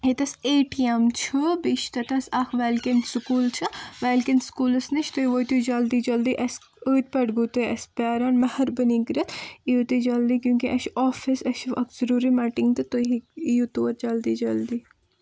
ییٚتس A T M چھُ بیٚیہِ چھُ تتس اکھ والکیٚن سکوٗل چھُ والکیٚن سکوٗلس نش تُہۍ واتو جلدٕے جلدٕے اسہِ ٲدِ پٮ۪ٹھ گوٚو تۄہہِ اسہِ پیاران مہربٲنی کٔرتھ اِیو تُہۍ جلدٕے کیونکہ اسہِ چھُ آفس اسہِ چھِ اکھ ضروٗری میٹنگ تہِ تُہۍ اِیو تور جلدٕے جلدٕے